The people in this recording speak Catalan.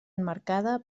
emmarcada